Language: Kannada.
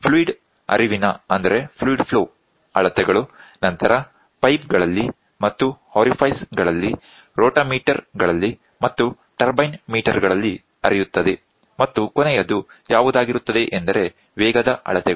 ಫ್ಲೂಯಿಡ್ ಹರಿವಿನ ಅಳತೆಗಳು ನಂತರ ಪೈಪ್ ಗಳಲ್ಲಿ ಮತ್ತು ಓರಿಫೈಸ್ ಗಳಲ್ಲಿ ರೋಟಾಮೀಟರ್ ಗಳಲ್ಲಿ ಮತ್ತು ಟರ್ಬೈನ್ ಮೀಟರ್ ಗಳಲ್ಲಿ ಹರಿಯುತ್ತದೆ ಮತ್ತು ಕೊನೆಯದು ಯಾವುದಾಗಿರುತ್ತದೆ ಎಂದರೆ ವೇಗದ ಅಳತೆಗಳು